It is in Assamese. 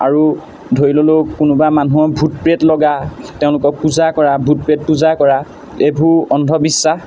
আৰু ধৰি ল'লোঁ কোনোবা মানুহৰ ভূত প্ৰেত লগা তেওঁলোকক পূজা কৰা ভূত প্ৰেত পূজা কৰা এইবোৰ অন্ধবিশ্বাস